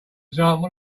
example